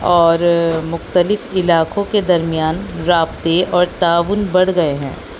اور مختلف علاقوں کے درمیان رابطے اور تعاون بڑھ گئے ہیں